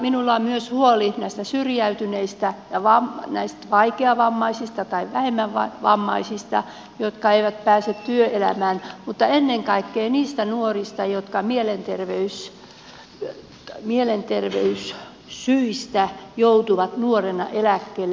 minulla on myös huoli näistä syrjäytyneistä ja vaikeavammaisista tai vähemmän vammaisista jotka eivät pääse työelämään mutta ennen kaikkea niistä nuorista jotka mielenterveyssyistä joutuvat nuorena eläkkeelle